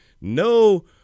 no